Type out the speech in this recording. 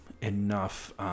enough